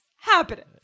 happening